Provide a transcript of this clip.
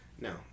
No